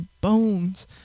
bones